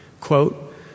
quote